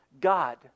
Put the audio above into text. God